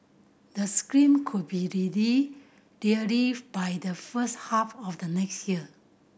the scheme could be ready by the first half of the next year